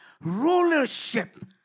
rulership